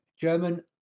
German